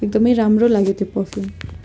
एकदमै राम्रो लाग्यो त्यो पर्फ्युम